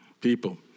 people